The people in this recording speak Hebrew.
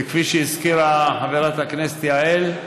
וכפי שהזכירה חברת הכנסת יעל,